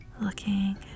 looking